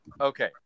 Okay